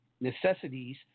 necessities